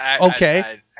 okay